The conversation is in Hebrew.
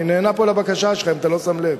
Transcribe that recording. אני נענה פה לבקשה שלך, אם אתה לא שם לב.